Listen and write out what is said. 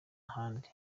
ahandi